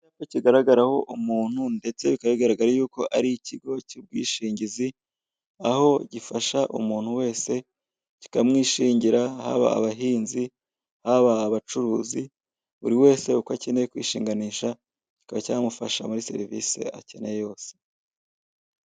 Icyapa kigaragaraho umuntu ndetse bikaba bigaragara yuko ari ikigo cy'ubwishingizi, aho gifasha umuntu wese kikamwishingira haba abahinzi, haba abacuruzi, buri wese uko akeneye kwishinganisha kikaba cyamufasha muri serivise akeneye yose.